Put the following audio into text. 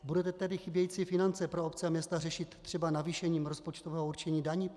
Budete tedy chybějící finance pro obce a města řešit třeba navýšením rozpočtového určení daní?